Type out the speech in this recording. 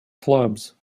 clubs